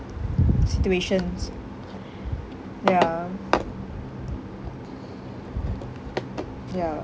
situations ya ya